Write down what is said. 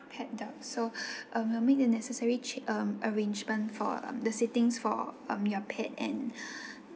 pet dog so um we'll make the necessary cha~ um arrangement for um the seatings for um your pet and